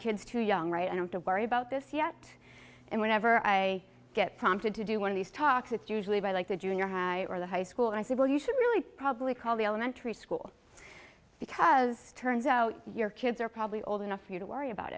kids too young right and i have to worry about this yet and whenever i get prompted to do one of these talks it's usually by like the junior high or the high school i say well you should really probably call the elementary school because turns out your kids are probably old enough for you to worry about